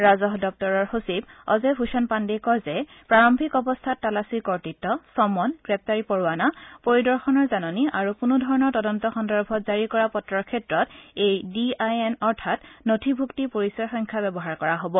ৰাজহ দপ্তৰৰ সচিব অজয় ভূষণ পাণ্ডেই কয় যে প্ৰাৰম্ভিক অৱস্থাত তালাচীৰ কৰ্তৃত্ব চমন গ্ৰেপ্তাৰী পৰোৱানা পৰিদৰ্শনৰ জাননী আৰু কোনো ধৰণৰ তদন্ত সন্দৰ্ভত জাৰি কৰা পত্ৰৰ ক্ষেত্ৰত এই ডিআইএন অৰ্থাৎ নথিভুক্তি পৰিচয় সংখ্যা ব্যৱহাৰ কৰা হ'ব